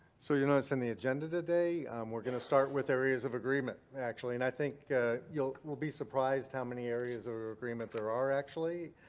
so you know, it's in the agenda today. we're going to start with areas of agreement, actually, and i think you'll. we'll be surprised how many areas of agreement there are actually.